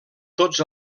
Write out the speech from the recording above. tots